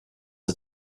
are